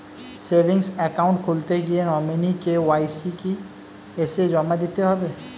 Savings account খুলতে গিয়ে nominee KYC কি এসে জমা দিতে হবে?